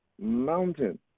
mountain